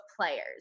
players